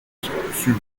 fut